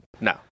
No